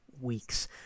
weeks